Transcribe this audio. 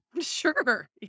sure